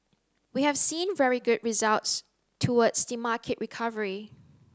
we have seen very good results towards the market recovery